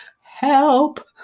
help